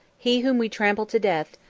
he whom we trampled to death,